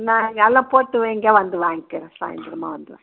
நான் வில போட்டு வைங்க வந்து வாங்கிகிறேன் சாயந்தரமா வந்து வாங்